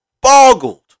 boggled